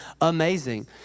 amazing